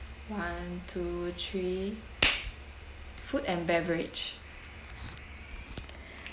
one two three food and beverage